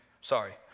sorry